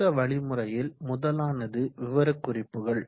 சுருக்க வழிமுறையில் முதலானது விவரக்குறிப்புகள்